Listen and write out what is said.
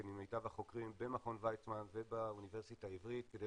עם מיטב החוקרים במכון ויצמן ובאוניברסיטה העברית כדי